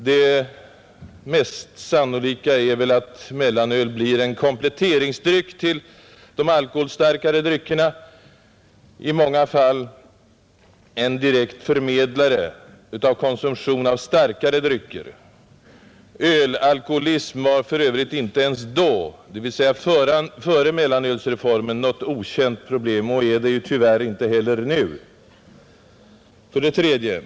Det mest sannolika är väl att mellanöl blir en kompletteringsdryck till de alkoholstarkare dryckerna, i många fall en direkt förmedlare av konsumtion av starkare drycker. Ölalkoholism var för Övrigt inte ens före mellanölsreformen något okänt problem och är det tyvärr inte heller nu. 3.